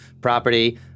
property